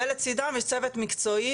ולצידם יש צוות מקצועי,